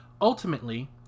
Ultimately